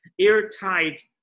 Airtight